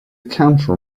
counter